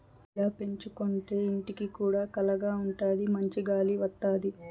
ఇలా పెంచుకోంటే ఇంటికి కూడా కళగా ఉంటాది మంచి గాలి వత్తది